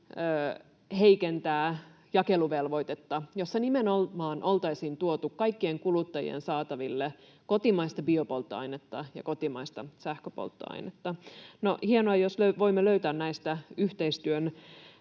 heikentää jakeluvelvoitetta, jossa nimenomaan oltaisiin tuotu kaikkien kuluttajien saataville kotimaista biopolttoainetta ja kotimaista sähköpolttoainetta. No, hienoa, jos me voimme löytää näistä yhteistyön